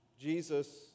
Jesus